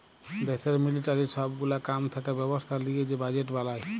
দ্যাশের মিলিটারির সব গুলা কাম থাকা ব্যবস্থা লিয়ে যে বাজেট বলায়